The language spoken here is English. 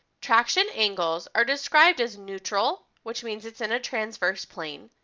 traction angles are described as neutral, which means it's in a transverse plane,